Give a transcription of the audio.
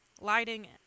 lighting